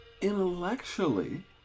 intellectually